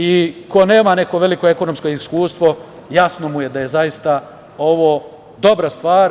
I ko nema neko veliko ekonomsko iskustvo, jasno mu je da je zaista ovo dobra stvar.